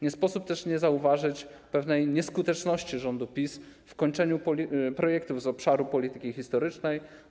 Nie sposób też nie zauważyć pewnej nieskuteczności rządu PiS w kończeniu projektów z obszaru polityki historycznej.